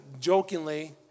jokingly